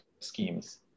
Schemes